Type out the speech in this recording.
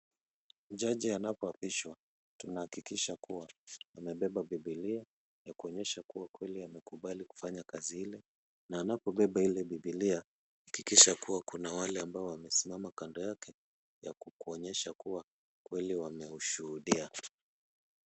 Jaji anapoapishwa, tunahakikisha kuwa amebeba bibilia ya kuonyesha kuwa kweli amekubali kufanya kazi ile, na anapobeba ile bibilia, hakikisha kuwa kuna wale ambao wamesimama kando yake ya kuonyesha kuwa kweli wameushuhudia.